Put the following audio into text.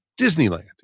Disneyland